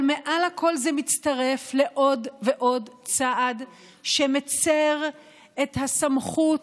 אבל מעל הכול זה מצטרף לעוד ועוד צעד שמצירים את הסמכות